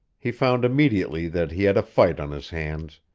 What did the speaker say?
he found immediately that he had a fight on his hands.